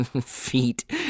Feet